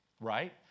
right